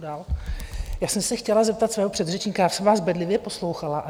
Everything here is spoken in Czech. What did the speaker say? Já jsem se chtěla zeptat svého předřečníka: Já jsem vás bedlivě poslouchala.